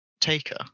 Taker